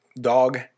dog